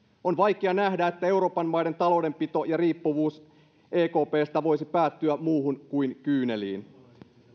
on vaikea nähdä että euroopan maiden taloudenpito ja riippuvuus ekpstä voisi päättyä muuhun kuin kyyneliin